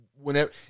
whenever